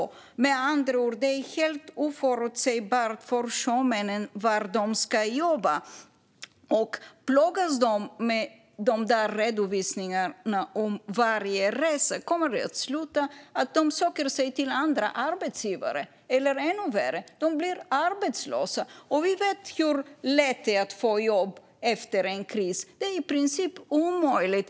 Det är med andra ord helt omöjligt för sjömännen att förutse var de ska jobba. Om de plågas med dessa redovisningar för varje resa kommer det att sluta med att de söker sig till andra arbetsgivare eller ännu värre med att de blir arbetslösa. Vi vet ju hur lätt det är att få jobb efter en kris; det är i princip omöjligt.